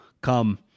Come